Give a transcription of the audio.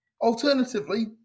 Alternatively